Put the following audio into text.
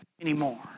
anymore